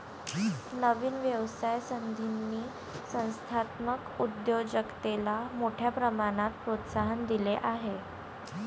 नवीन व्यवसाय संधींनी संस्थात्मक उद्योजकतेला मोठ्या प्रमाणात प्रोत्साहन दिले आहे